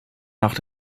nach